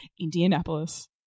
Indianapolis